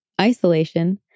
isolation